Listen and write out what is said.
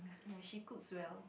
ya she cooks well